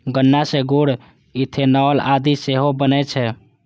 गन्ना सं गुड़, इथेनॉल आदि सेहो बनै छै